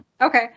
Okay